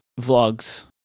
vlogs